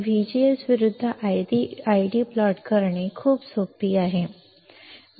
VGS विरुद्ध ID plot करणे खूप सोपे आहे